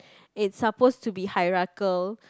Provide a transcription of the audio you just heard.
it's supposed to be hierarchical